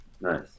Nice